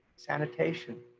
sanitation.